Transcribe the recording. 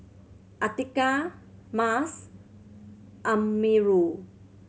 Atiqah Mas Amirul